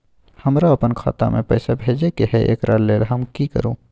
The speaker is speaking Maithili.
हमरा अपन खाता में पैसा भेजय के है, एकरा लेल हम की करू?